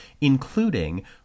including